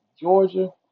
Georgia